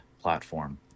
platform